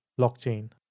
blockchain